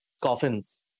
coffins